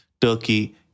Turkey